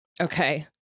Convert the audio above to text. Okay